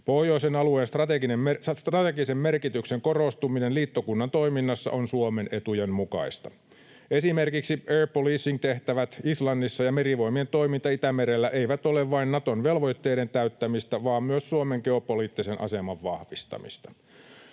Pohjoisen alueen strategisen merkityksen korostuminen liittokunnan toiminnassa on Suomen etujen mukaista. Esimerkiksi air policing ‑tehtävät Islannissa ja Merivoimien toiminta Itämerellä eivät ole vain Naton velvoitteiden täyttämistä, vaan myös Suomen geopoliittisen aseman vahvistamista.